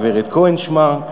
הגברת כהן שמה.